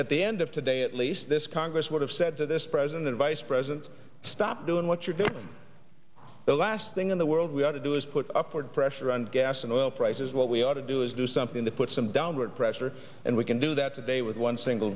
at the end of today at least this congress would have said to this president vice president stop doing what you're doing the last thing in the world we ought to do is put upward pressure on gas and oil prices what we ought to do is do something to put some downward pressure and we can do that today with one single